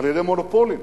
על-ידי מונופולים